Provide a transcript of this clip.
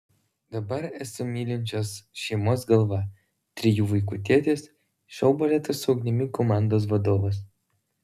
dabar esu mylinčios šeimos galva trijų vaikų tėtis šou baleto su ugnimi komandos vadovas